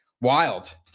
Wild